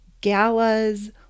galas